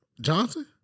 Johnson